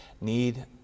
need